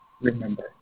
remember